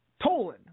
Tolan